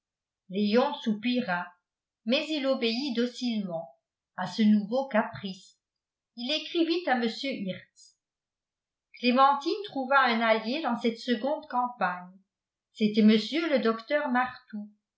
soupira mais il obéit docilement à ce nouveau caprice il écrivit à mr hirtz clémentine trouva un allié dans cette seconde campagne c'était mr le docteur martout